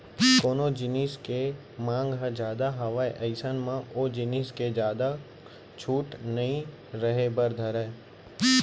कोनो जिनिस के मांग ह जादा हावय अइसन म ओ जिनिस के जादा छूट नइ रहें बर धरय